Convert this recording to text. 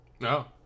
No